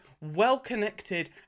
well-connected